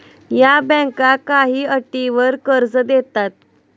या बँका काही अटींवर कर्ज देतात